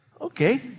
Okay